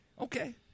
Okay